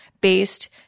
based